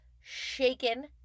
shaken